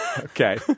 Okay